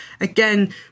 Again